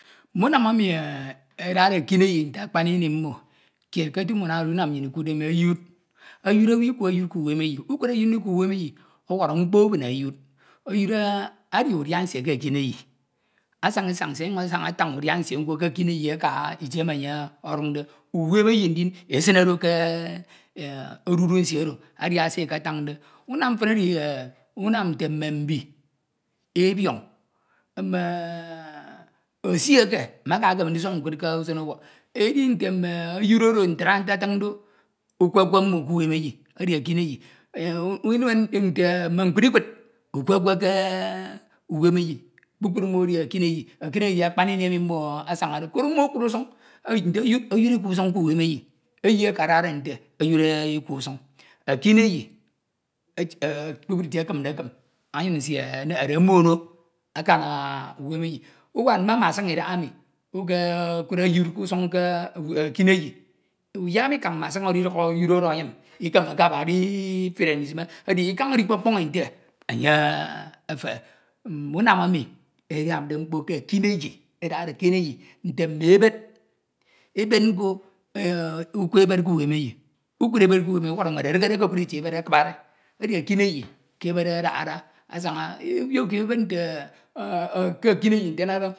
. mme unam emi adade ekineyi nte akpan ini mmo, kied ke otu mme unam oro edi unam emi nnyin ikuudde mi eyiud. Eyiud owu ikwe egiud ke uwemeyi ikud eyiud ke uwameyi oworo mkpo ebine eying. Eyiud adia udia nsie ke ekineyi asan̄a isab nsie ke edudu nsie ọnyuri asaṉa atan udia nsie ke ekineyi aka itie enye odun̄de uwemeyi ndin e sine do ke edudu nsie oro adia se e. Tande unam mfen edi unam nte mme mbi, ebion̄ mme esi eke maka ekeme ndisọn nkud ke usen ubok, idi nte eyued oro ntra ntatin do ukwe kwe mmo ke uwemeyi edi ekineyi inuen nte mme nkudikud ukwu kwe ke uwemeyi kpukpru mme edi ekineyi. Ekineyi edi akpan ini eni mmo asan̄de korọ mmo ekud usun, nte eyiud, eyiud ikwe usun̄ ke uwemeyi, eyi eke adade nte eyiud ikwe usun̄. Ekinayi kpukpru itie ekimde kim anyin nsie enehede omono akan uwaneyi uwad me masin idahami ukekud ekinenyi uyiama ikan madin oro iduak eyiud oro anyen ikemeke aba edifire ndisime, edi oro ikpọkpọn̄ e nte enye efehe. Mme unam enù enamde mkpo ke ekineyi, edade ekaneyi nte mme ebex nko ikoe ebed kd uwemeyi ukud ebed ke uwemeyi, ọrọoro ọnyun̄ ededikne ekekua itie ebed akubade ech ekeneyi ke ebed adahade asan̄a.